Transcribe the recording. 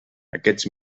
aquests